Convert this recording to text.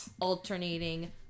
alternating